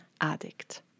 addict